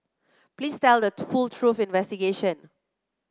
please tell the full truth investigation